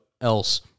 else